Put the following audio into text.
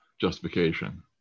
justification